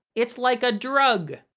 it's like a drug.